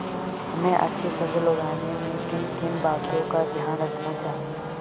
हमें अच्छी फसल उगाने में किन किन बातों का ध्यान रखना चाहिए?